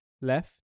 left